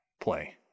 play